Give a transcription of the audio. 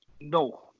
No